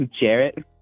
Jarrett